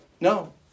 No